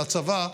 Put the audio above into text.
לצבא,